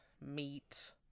meat